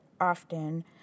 often